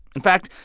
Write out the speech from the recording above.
in fact,